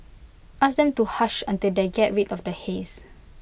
ask them to hush until they get rid of the haze